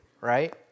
right